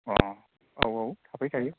अ औ औ थाबाय थायो